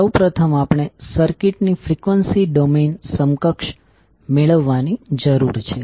સૌ પ્રથમ આપણે સર્કિટ ની ફ્રીક્વન્સી ડોમેન સમકક્ષ મેળવવાની જરૂર છે